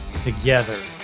together